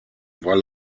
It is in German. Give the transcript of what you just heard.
war